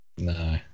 No